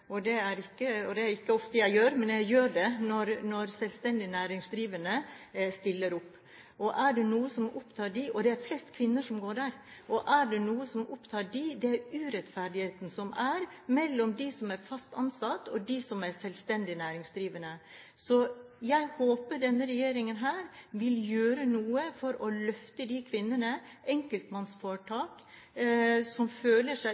og det er det ikke ofte jeg gjør, men jeg gjør det når selvstendig næringsdrivende stiller opp – og det er flest kvinner som går der. Er det noe som opptar dem, er det den urettferdigheten som er mellom dem som er fast ansatt, og dem som er selvstendig næringsdrivende. Jeg håper denne regjeringen vil gjøre noe for å løfte de kvinnene – enkeltmannsforetak – som føler seg